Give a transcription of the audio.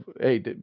Hey